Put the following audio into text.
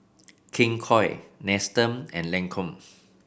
King Koil Nestum and Lancome